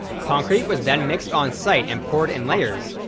concrete was then mixed on-site and poured in layers,